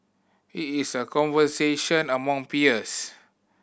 it is a conversation among peers